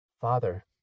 Father